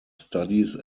studies